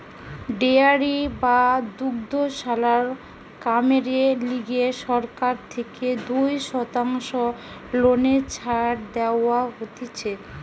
dairy বা দুগ্ধশালার কামেরে লিগে সরকার থেকে দুই শতাংশ লোনে ছাড় দেওয়া হতিছে